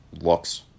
looks